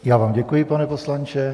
Já vám děkuji, pane poslanče.